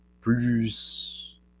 plus